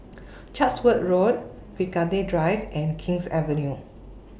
Chatsworth Road Vigilante Drive and King's Avenue